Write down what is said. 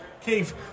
Keith